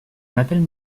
m’appelle